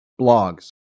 blogs